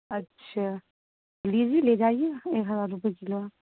اچھا لیجیے لے جائیے ایک ہزار روپئے کلو